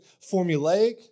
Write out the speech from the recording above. formulaic